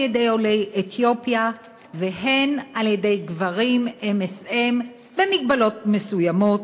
עולי אתיופיה והן של MSM במגבלות מסוימות.